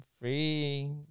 free